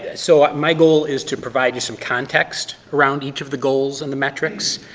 so my goal is to provide you some context around each of the goals and the metrics,